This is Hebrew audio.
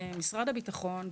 משרד הביטחון,